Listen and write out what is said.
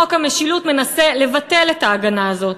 חוק המשילות מנסה לבטל את ההגנה הזאת.